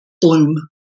bloom